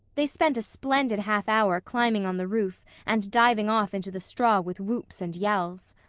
they spent a splendid half hour climbing on the roof and diving off into the straw with whoops and yells.